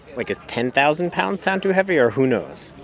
like, does ten thousand pounds sound too heavy, or who knows?